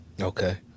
Okay